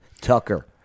Tucker